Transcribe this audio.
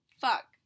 Fuck